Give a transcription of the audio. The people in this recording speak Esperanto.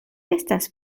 estas